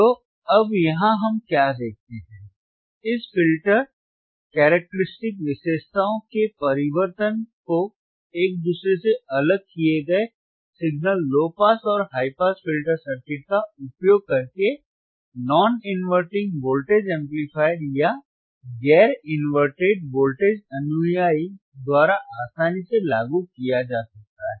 तो अब यहाँ हम क्या देखते हैं इस फिल्टर कैरेक्टेरिस्टिक्स विशेषताओं के परिवर्तन को एक दूसरे से अलग किए गए सिग्नल लो पास और हाई पास फिल्टर सर्किट का उपयोग करके गैर इनवर्टिंग वोल्टेज एम्पलीफायर या गैर इनवर्टेड वोल्टेज अनुयायी द्वारा आसानी से लागू किया जा सकता है